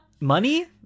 money